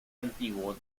antiguo